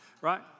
right